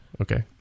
Okay